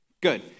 Good